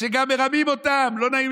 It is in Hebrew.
גם מרמים אותם.